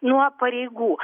nuo pareigų